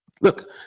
Look